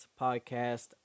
podcast